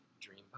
dream